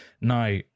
Now